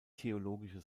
theologische